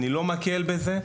אני לא מקל בזה,